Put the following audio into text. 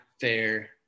fair